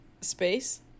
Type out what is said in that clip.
space